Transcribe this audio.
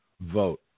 vote